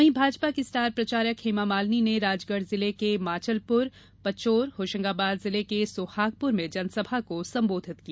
वहीं भाजपा की स्टार प्रचारक हेमामालिनी ने राजगढ़ जिले के माचलपुर पचोर होशंगाबाद जिले के सोहागपुर में जनसभा को संबोधित किया